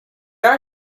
are